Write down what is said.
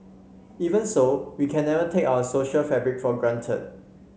even so we can never take our social fabric for granted